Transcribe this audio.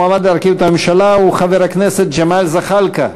המועמד להרכיב את הממשלה הוא חבר הכנסת ג'מאל זחאלקה.